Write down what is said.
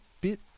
bit